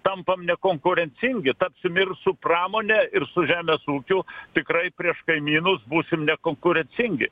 tampam nekonkurencingi tad su mir su pramone ir su žemės ūkiu tikrai prieš kaimynus būsim nekonkurencingi